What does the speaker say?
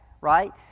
right